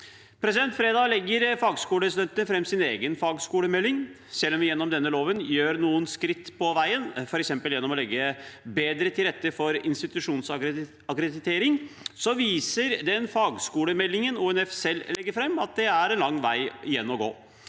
andre. Fredag legger fagskolestudentene fram sin egen fagskolemelding. Selv om vi gjennom denne loven tar noen skritt på veien, f.eks. gjennom å legge bedre til rette for institusjonsakkreditering, viser den fagskolemeldingen ONF selv legger fram, at det er en lang vei igjen